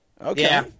Okay